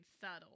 subtle